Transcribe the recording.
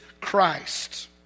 Christ